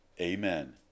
Amen